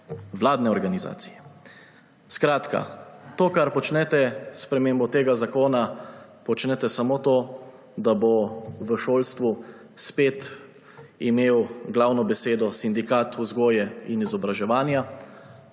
vladne organizacije. Skratka, to, kar počnete s spremembo tega zakona, počnete samo to, da bo v šolstvu spet imel glavno besedo sindikat vzgoje in izobraževanja,